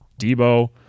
debo